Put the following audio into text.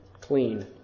clean